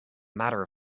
matter